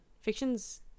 Fictions